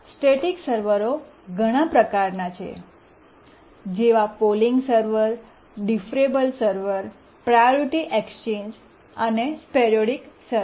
static સર્વરો ઘણા પ્રકારના છે જેવા polling server deferrable server priority exchange અને સ્પોરૈડિક સર્વર